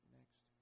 next